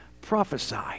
prophesy